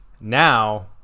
now